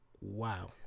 Wow